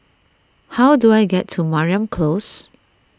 how do I get to Mariam Close